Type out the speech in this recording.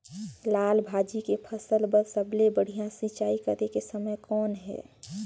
लाल भाजी के फसल बर सबले बढ़िया सिंचाई करे के समय कौन हे?